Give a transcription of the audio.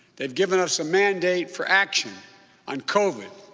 they've given us a mandate for action on covid,